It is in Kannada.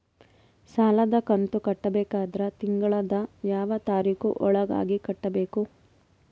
ಸಾಲದ ಕಂತು ಕಟ್ಟಬೇಕಾದರ ತಿಂಗಳದ ಯಾವ ತಾರೀಖ ಒಳಗಾಗಿ ಕಟ್ಟಬೇಕು?